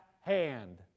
hand